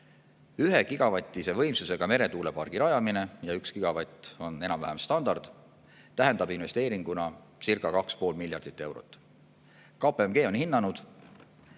Ühegigavatise võimsusega meretuulepargi rajamine – ja 1 gigavatt on enam-vähem standard – tähendab investeeringunacirca2,5 miljardit eurot. KPMG on hinnanud,